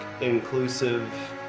inclusive